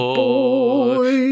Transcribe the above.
boy